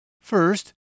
First